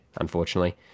unfortunately